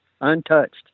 untouched